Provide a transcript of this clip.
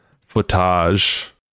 footage